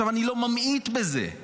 אני לא ממעיט בזה,